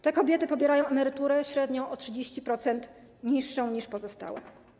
Te kobiety pobierają emeryturę średnio o 30% niższą niż pozostałe.